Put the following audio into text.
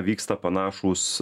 vyksta panašūs